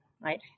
Right